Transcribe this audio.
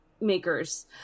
makers